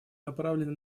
направлены